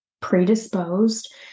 predisposed